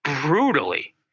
brutally